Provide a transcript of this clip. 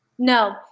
No